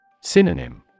Synonym